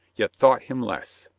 yet thought him less.